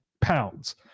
pounds